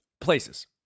places